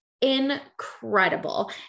incredible